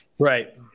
right